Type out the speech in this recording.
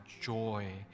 joy